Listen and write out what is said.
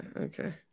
Okay